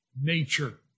nature